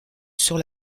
sur